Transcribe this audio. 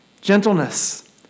gentleness